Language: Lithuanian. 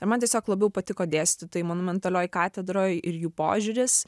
ir man tiesiog labiau patiko dėstytojai monumentalioj katedroj ir jų požiūris